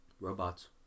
Robots